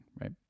right